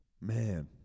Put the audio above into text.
Man